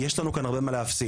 יש לנו כאן הרבה מה להפסיד,